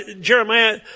Jeremiah